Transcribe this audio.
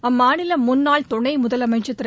அம்மாநில முன்னாள் துணை முதலமைச்சர் திரு